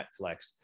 Netflix